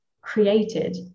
created